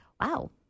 wow